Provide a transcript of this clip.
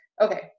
Okay